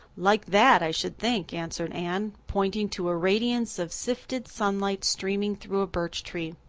like that, i should think, answered anne, pointing to a radiance of sifted sunlight streaming through a birch tree.